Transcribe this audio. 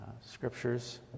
scriptures